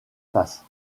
faces